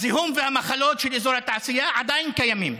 הזיהום והמחלות של אזור התעשייה עדיין קיימים.